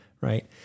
right